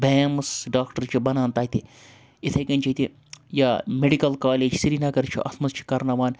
beams doctor چھِ بَنان تَتہِ اِتھے کٔنۍ چھِ ییٚتہِ یا میڈِکَل کالیج سرینَگر چھُ اَتھ منٛز چھِ کَرناوان